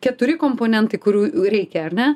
keturi komponentai kurių reikia ar ne